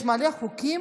יש מלא חוקים